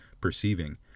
perceiving